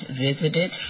visited